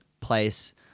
place